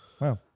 Wow